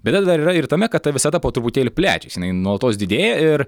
bėda dar yra ir tame kad ta visata po truputėlį plečiasi jinai nuolatos didėja ir